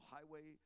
Highway